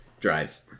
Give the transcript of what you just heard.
drives